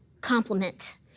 compliment